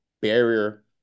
barrier